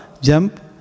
jump